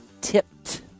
tipped